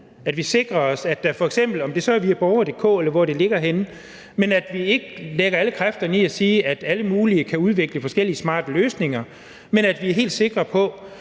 det handler om, at vi ikke lægger alle kræfterne i at sige, at alle mulige kan udvikle forskellige smarte løsninger, men at vi er helt sikre på,